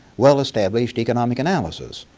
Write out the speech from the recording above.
well-established, economic analysis.